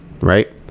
right